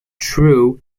true